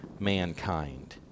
mankind